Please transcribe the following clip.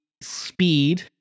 speed